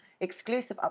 exclusive